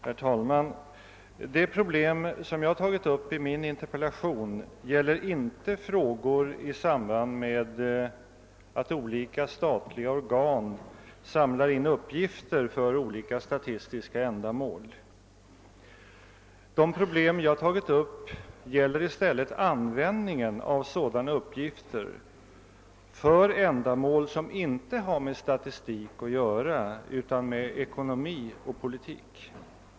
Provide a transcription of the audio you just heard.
Herr talman! De problem som jag tagit upp i min interpellation gäller inte frågor som har samband med att olika statliga organ samlar in uppgifter för olika statistiska ändamål. De problem jag tagit upp gäller i stället användningen av sådana uppgifter för ändamål som inte har med statistik att göra utan med ekonomi och politik.